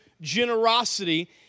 generosity